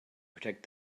protect